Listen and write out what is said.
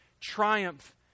triumph